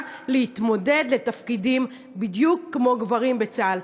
להתמודד לתפקידים בדיוק כמו גברים בצה"ל.